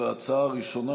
ההצעה הראשונה,